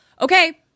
okay